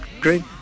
great